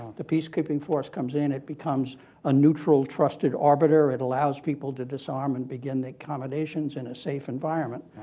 the peacekeeping force comes in. it becomes a neutral, trusted arbiter. it allows people to disarm and begin the accommodations in a safe environment.